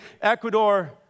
Ecuador